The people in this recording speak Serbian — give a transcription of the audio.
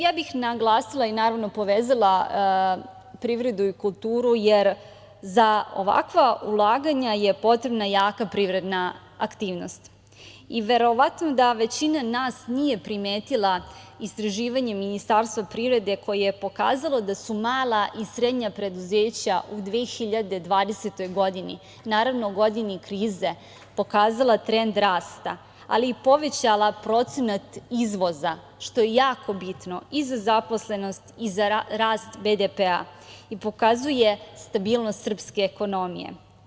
Sada bih naglasila i povezala privredu i kulturu, jer za ovakva ulaganja je potrebna jaka privredna aktivnost i verovatno da većina nas nije primetila istraživanje Ministarstva privrede, koje je pokazalo da su mala i srednja preduzeća u 2020. godini, godini krize, pokazala trend rasta, ali i povećala procenat izvoza, što je jako bitno i za zaposlenost i za rast BDP-a i pokazuje stabilnost srpske ekonomije.